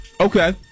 Okay